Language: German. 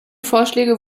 vorschläge